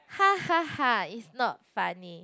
ha ha ha it's not funny